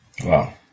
Wow